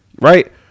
right